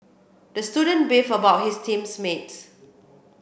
the student beefed about his team mates